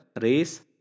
race